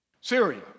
Syria